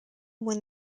when